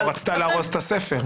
היא לא רצתה להרוס את הספר.